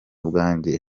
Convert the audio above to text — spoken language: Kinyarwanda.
bwanjye